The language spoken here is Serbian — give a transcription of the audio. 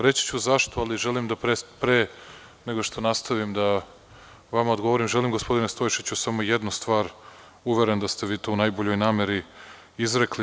Reći ću zašto, ali pre nego što nastavim, želim da odgovorim gospodinu Stojšiću samo jednu stvar, uveren da ste vi to u najboljoj nameri izrekli.